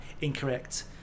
incorrect